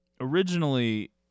Originally